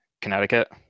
Connecticut